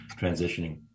transitioning